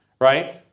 right